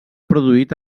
produït